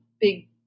big